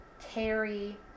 carry